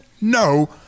No